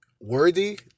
worthy